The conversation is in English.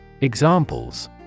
Examples